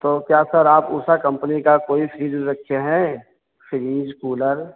तो क्या सर आप उषा कम्पनी का कोई फिरिज रखे हैं फिरिज कूलर